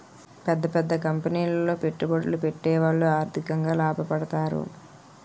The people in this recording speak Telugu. పెద్ద పెద్ద కంపెనీలో పెట్టుబడులు పెట్టేవాళ్లు ఆర్థికంగా లాభపడతారు